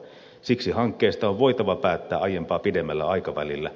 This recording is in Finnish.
siksi hankkeista on voitava päättää aiempaa pidemmällä aikavälillä